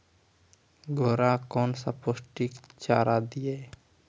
घोड़ा कौन पोस्टिक चारा दिए?